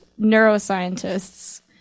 neuroscientists